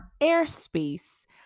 airspace